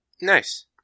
Nice